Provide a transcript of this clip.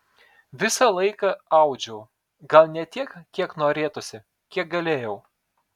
visą laiką audžiau gal ne tiek kiek norėtųsi kiek galėjau